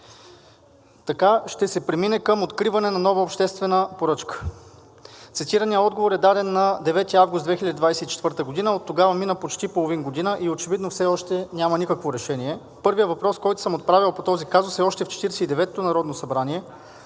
ще се премине към откриване на нова обществена поръчка.“ Цитираният отговор е даден на 9 август 2024 г. и оттогава мина почти половин година и очевидно все още няма никакво решение. Първият въпрос, който съм отправил по този казус, е още в Четиридесет